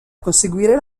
conseguire